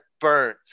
Burns